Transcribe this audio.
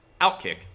Outkick